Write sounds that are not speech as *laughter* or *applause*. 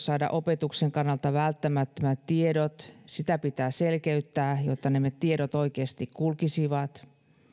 *unintelligible* saada opetuksen kannalta välttämättömät tiedot pitää selkeyttää jotta nämä tiedot oikeasti kulkisivat